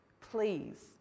Please